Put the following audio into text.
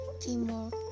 Teamwork